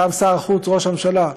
ראש הממשלה,